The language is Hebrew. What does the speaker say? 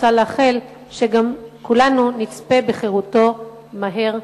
רוצה לאחל שכולנו נצפה בחירותו מהר,